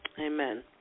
Amen